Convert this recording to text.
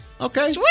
Okay